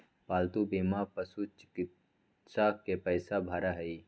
पालतू बीमा पशुचिकित्सा के पैसा भरा हई